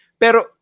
Pero